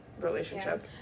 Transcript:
relationship